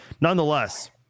nonetheless